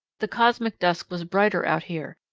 the cosmic dust was brighter out here,